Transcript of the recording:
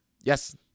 yes